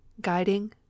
guiding